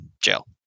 jail